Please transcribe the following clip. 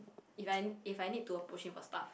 if I if I need to approach him for stuff